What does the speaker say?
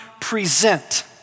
present